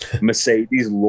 Mercedes